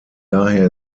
daher